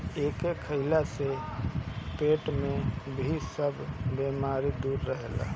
एके खइला से पेट के भी सब बेमारी दूर रहेला